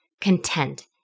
content